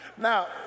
Now